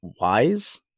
Wise